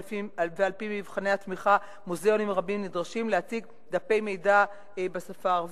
ועל-פי מבחני התמיכה מוזיאונים רבים נדרשים להציג דפי מידע בשפה הערבית,